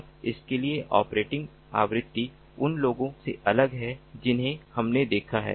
और इसके लिए ऑपरेटिंग आवृत्ति उन लोगों से अलग है जिन्हें हमने देखा है